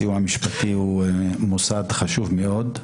הסיוע המשפטי הוא מוסד חשוב מאוד.